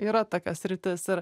yra tokia sritis ir